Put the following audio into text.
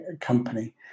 company